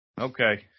Okay